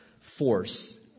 force